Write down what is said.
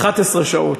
11 שעות.